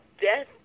death